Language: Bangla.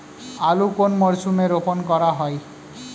আলু কোন মরশুমে রোপণ করা হয়?